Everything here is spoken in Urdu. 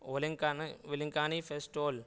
اولنکانا ویلینکانی فیسٹول